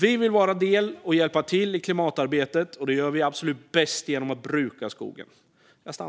Vi vill vara en del i och hjälpa till i klimatarbetet, och det gör vi absolut bäst genom att bruka skogen.